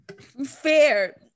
Fair